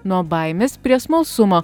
nuo baimės prie smalsumo